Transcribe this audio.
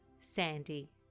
Sandy